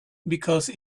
because